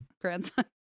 grandson